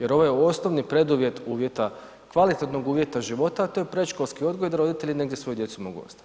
Jer ovo je osnovni preduvjet uvjeta, kvalitetnog uvjeta života a to je predškolski odgoj da roditelji negdje svoju djecu mogu ostaviti.